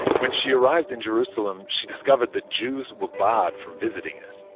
when she arrived in jerusalem she discovered that jews were barred from visiting it.